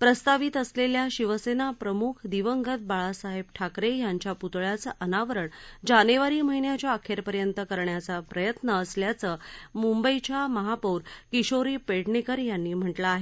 प्रस्तावित असलेल्या शिवसेनाप्रमुख दिवंगत बाळासाहेब ठाकरे यांच्या पुतळ्याचं अनावरण जानेवारी महिन्याच्या अखेरपर्यंत करण्याचा प्रयत्न असल्याचं मुंबईच्या महापौर किशोरी पेडणेकर यांनी म्हटलं आहे